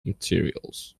materials